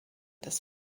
des